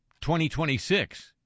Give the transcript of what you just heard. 2026